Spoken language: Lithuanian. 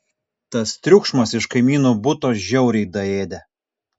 tas triukšmas iš kaimynų buto žiauriai daėdė